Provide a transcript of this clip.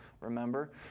remember